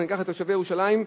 ניקח את תושבי ירושלים,